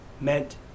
meant